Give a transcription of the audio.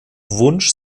wunsch